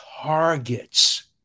targets